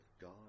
God